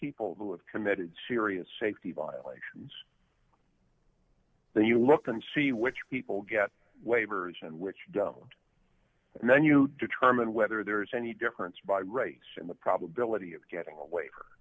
people who have committed serious safety violations then you look and see which people get waivers and which don't and then you determine whether there is any difference by race in the probability of getting a waiver